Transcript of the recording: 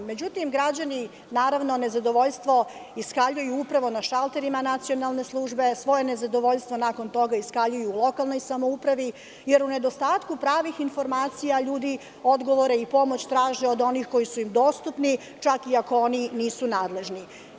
Međutim, građani nezadovoljstvo iskaljuju upravo na šalterima Nacionalne službe, svoje nezadovoljstvo nakon toga iskaljuju u lokalnoj samoupravi, jer u nedostatku pravih informacija ljudi odgovore i pomoć traže od onih koji su im dostupni, čak i ako oni nisu nadležni.